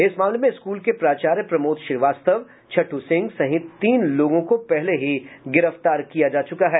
इस मामले में स्कूल के प्राचार्य प्रमोद श्रीवास्तव छठ सिंह सहित तीन लोगों को पहले ही गिरफ्तार किया जा चुका है